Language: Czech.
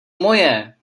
moje